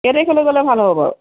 কেই তাৰিখলৈ গ'লে ভাল হ'ব বাৰু